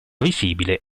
visibile